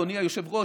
אדוני היושב-ראש,